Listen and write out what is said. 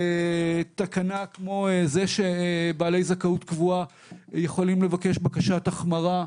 תקנה כמו זו שבעלי זכאות קבועה יכולים לבקש בקשת החמרה,